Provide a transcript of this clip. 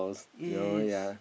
yes